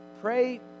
pray